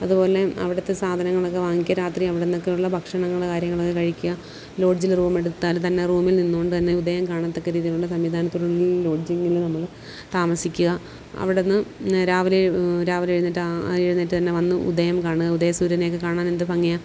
അതുപോലെ അവിടുത്തെ സാധനങ്ങളൊക്കെ വാങ്ങിക്കുക രാത്രി അവിടുന്നൊക്കെ ഉള്ള ഭക്ഷണങ്ങള് കാര്യങ്ങളൊക്കെ കഴിക്കുക ലോഡ്ജില് റൂമെടുത്താൽ തന്നെ റൂമിൽ നിന്നുകൊണ്ട് തന്നെ ഉദയം കാണത്തക്ക രീതിയിലുള്ള സംവിധാനത്തോടുള്ളിൽ ലോഡ്ജിങ്ങില് നമ്മള് താമസിക്കുക അവിടുന്ന് രാവിലെ രാവിലെ എഴുന്നേറ്റ് എഴുന്നേറ്റ് തന്നെ വന്ന് ഉദയം കാണുക ഉദയ സൂര്യനെ ഒക്കെ കാണാൻ എന്ത് ഭംഗിയാണ്